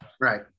Right